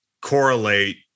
correlate